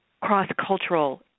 cross-cultural